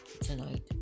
tonight